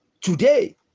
today